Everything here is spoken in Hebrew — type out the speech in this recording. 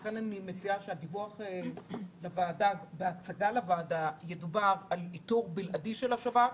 ולכן אני מציעה שבדיווח בהצגה לוועדה ידובר על איתור בלעדי של השב"כ,